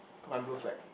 mine blue flag